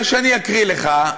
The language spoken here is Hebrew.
אני אקריא לך,